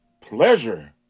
pleasure